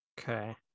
okay